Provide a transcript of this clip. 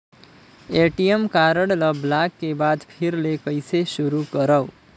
ATM card ल block के बाद फिर ले कइसे शुरू करव?